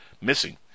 missing